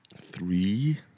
three